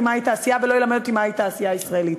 מהי תעשייה ולא ילמד אותי מהי תעשייה ישראלית.